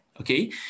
okay